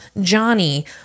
johnny